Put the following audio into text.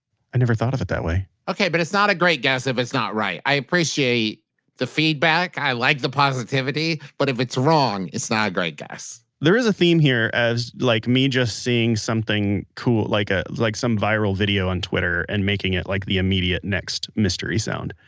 i never thought of it that way okay. but, it's not a great guess if it's not right. i appreciate the feedback. i like the positivity. but, if it's wrong, it's not a great guess there is a theme here of like me just seeing something cool, like ah like some viral video on twitter, and making it like the immediate next mystery sound.